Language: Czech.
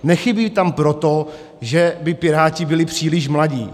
Nechybí tam proto, že by Piráti byli příliš mladí.